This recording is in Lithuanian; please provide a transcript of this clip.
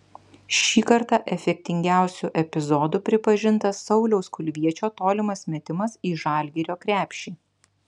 šį kartą efektingiausiu epizodu pripažintas sauliaus kulviečio tolimas metimas į žalgirio krepšį